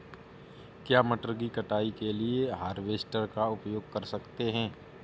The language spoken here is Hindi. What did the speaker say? क्या मटर की कटाई के लिए हार्वेस्टर का उपयोग कर सकते हैं?